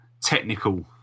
technical